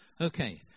Okay